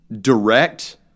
direct